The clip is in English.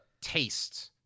taste